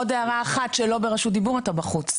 עוד הערה אחת שלא ברשות דיבור אתה בחוץ.